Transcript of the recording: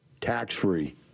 tax-free